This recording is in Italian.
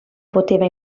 poteva